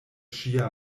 ŝia